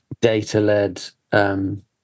data-led